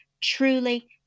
truly